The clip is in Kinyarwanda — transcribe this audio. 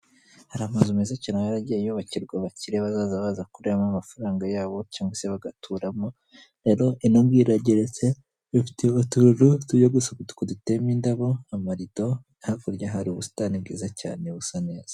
Hari amazu meza cyane aba yaragiye yubakirwa abakire bazaza baza kuriramo amafaranga yabo cyangwa se bagaturamo, rero ino ngiyi irageretse ifite utuntu tujya gusa duteyemo indabo, amarido hakurya hari ubusitani bwiza cyane busa neza.